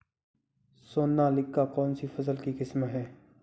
सोनालिका कौनसी फसल की किस्म है?